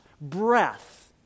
breath